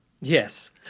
Yes